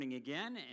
again